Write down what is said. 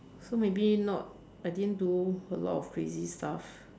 so maybe not I didn't do a lot of crazy stuff